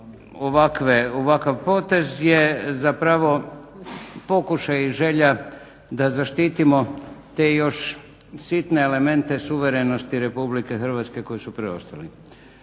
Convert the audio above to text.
ovakav potez je zapravo pokušaj i želja da zaštitimo te još sitne elemente suverenosti RH koji su preostali.